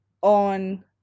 on